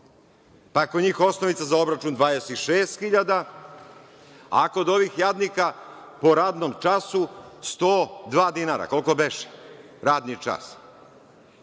je kod njih osnovica za obračun 26.000, a kod ovih jadnika po radnom času 102 dinara, koliko beše radni čas.